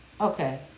okay